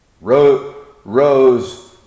rose